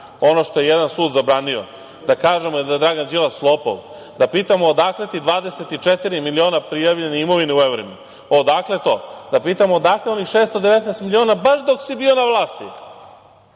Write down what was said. ono što je jedan sud zabranio, da kažemo da je Dragan Đilas lopov. Da pitamo odakle ti 24 miliona prijavljene imovine u evrima? Odakle to. Da pitamo odakle onih 619 miliona baš dok si bio na vlasti?